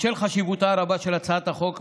בשל חשיבותה הרבה של הצעת החוק,